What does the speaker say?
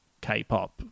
K-pop